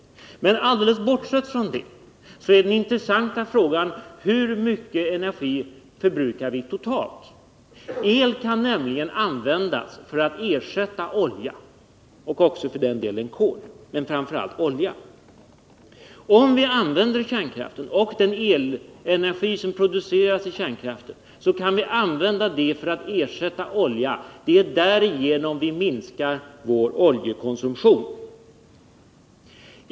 Men alldeles bortsett från det är den intressanta frågan: Hur mycket energi förbrukar vi totalt? El kan nämligen användas för att ersätta olja — också för den delen kol, men framför allt olja. Om vi använder kärnkraften och den elenergi som produceras i kärnkraftverken kan vi använda den för att ersätta olja. Det är därigenom vi minskar vår oljekonsumtion.